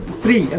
the and